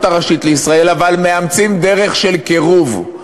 הראשית לישראל אבל מאמצים דרך של קירוב,